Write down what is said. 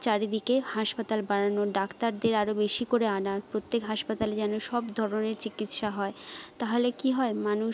চারিদিকে হাসপাতাল বানানোর ডাক্তারদের আরও বেশি করে আনার প্রত্যেক হাসপাতালে যেন সব ধরণের চিকিৎসা হয় তাহলে কি হয় মানুষ